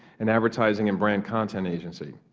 an advertising and brand content agency.